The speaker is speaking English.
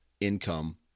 income